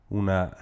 una